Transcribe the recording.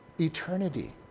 eternity